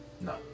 No